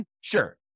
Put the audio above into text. Sure